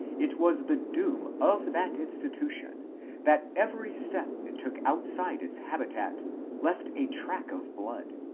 it was the doom of that institution that every step it took out side its habitat left a track of blood.